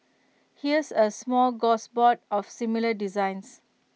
here's A smorgasbord of similar designs